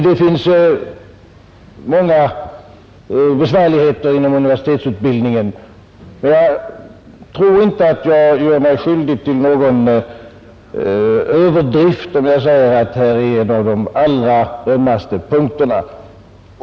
Det finns många besvärligheter inom universitetsutbildningen, men jag tror inte att jag gör mig skyldig till någon överdrift, om jag säger att detta är en av de allra ömmaste punkterna.